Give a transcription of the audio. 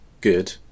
good